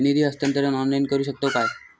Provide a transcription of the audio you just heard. निधी हस्तांतरण ऑनलाइन करू शकतव काय?